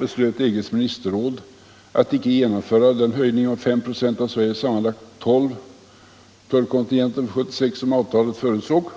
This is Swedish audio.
beslöt EG:s ministerråd att inte genomföra höjningen på 5 96 av Sveriges sammanlagt tolv tullkontingenter för 1976 som avtalet förutsåg.